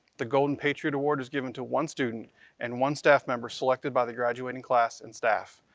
the golden patriot award is given to one student and one staff member selected by the graduating class and staff.